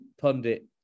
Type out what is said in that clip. pundit